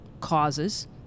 causes